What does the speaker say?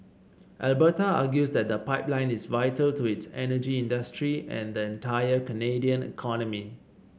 Alberta argues that the pipeline is vital to its energy industry and the entire Canadian economy